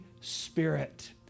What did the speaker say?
Spirit